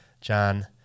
John